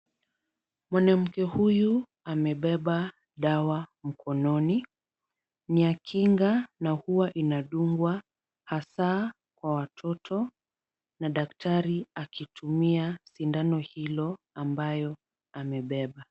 Mwanamke huyu amebeba dawa mkononi. Ni ya kinga na huwa inadungwa hasaa kwa watoto na daktari akitumia sindano hilo ambayo amebeba.